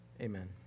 amen